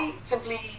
simply